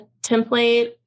template